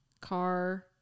car